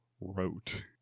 wrote